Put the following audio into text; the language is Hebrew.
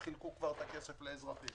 חילקו את הכסף לאזרחים